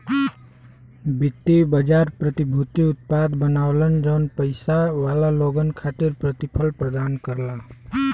वित्तीय बाजार प्रतिभूति उत्पाद बनावलन जौन पइसा वाला लोगन खातिर प्रतिफल प्रदान करला